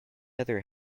other